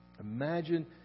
Imagine